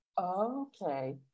Okay